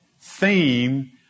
theme